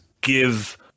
give